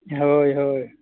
ᱦᱳᱭ ᱦᱳᱭ